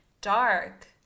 dark